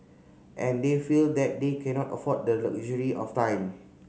and they feel that they cannot afford the luxury of time